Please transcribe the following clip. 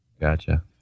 Gotcha